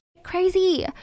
crazy